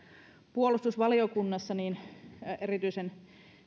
puolustusvaliokunnassa niin erityisen